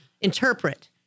interpret